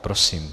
Prosím.